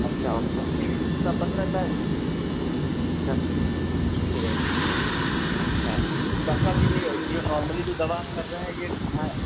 अच्छा को डॉक्टर साब बंद रहता है अच्छा छुट्टी रहती है अच्छा तो डॉक्टर साब यह जो यह नॉर्मली जो दवा हम कर रहे हैं यह खाएं